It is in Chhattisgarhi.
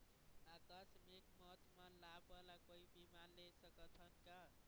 आकस मिक मौत म लाभ वाला कोई बीमा ले सकथन का?